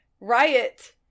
riot